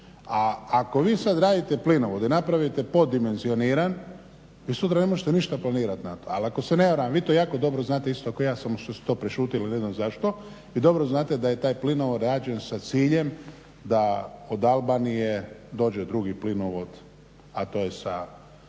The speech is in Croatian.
a ako vi sad radite plinovod i napravite poddimenzioniran vi sutra ne možete ništa planirat na to. Ali ako se ne varam, vi to jako dobro znate isto kao ja samo što ste to prešutili, ne znam zašto. Vi dobro znate da je taj plinovod rađen sa ciljem da od Albanije dođe drugi plinovod, a to je sa